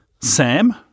Sam